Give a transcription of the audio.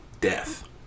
death